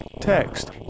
text